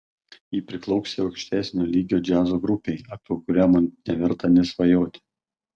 ji priklausė aukštesnio lygio džiazo grupei apie kurią man neverta nė svajoti